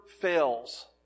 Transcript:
fails